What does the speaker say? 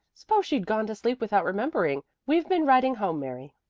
suppose she'd gone to sleep without remembering. we've been writing home, mary,